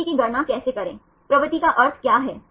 प्रवृत्ति की गणना कैसे करें प्रवृत्ति का अर्थ क्या है